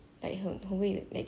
sometimes I sometimes I wish like